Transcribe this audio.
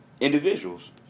individuals